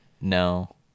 No